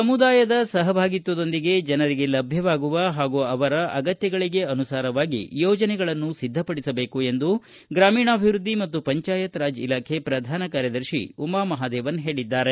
ಸಮುದಾಯದ ಸಹಭಾಗಿತ್ವದೊಂದಿಗೆ ಜನರಿಗೆ ಲಭ್ಯವಾಗುವ ಹಾಗೂ ಅವರ ಅಗತ್ಯಗನುಸಾರವಾಗಿ ಯೋಜನೆಗಳನ್ನು ಸಿದ್ದಪಡಿಸಬೇಕು ಎಂದು ಗಾಮೀಣಾಭಿವೃದ್ಧಿ ಮತ್ತು ಪಂಜಾಯತ್ ರಾಜ್ ಇಲಾಖೆ ಪ್ರಧಾನ ಕಾರ್ಯದರ್ಶಿ ಉಮಾ ಮಹಾದೇವನ್ ಹೇಳಿದ್ದಾರೆ